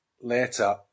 later